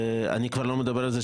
אני כבר לא מדבר על זה,